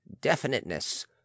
definiteness